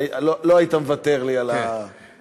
לא היית מוותר לי על הדבר הזה.